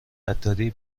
عطاری